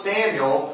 Samuel